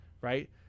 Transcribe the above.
right